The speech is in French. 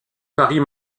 paris